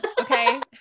Okay